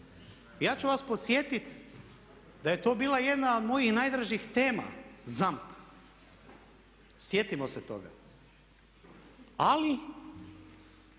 ja ću vas podsjetiti da je to bila jedna od mojih najdražih tema ZAMP. Sjetimo se toga. Ali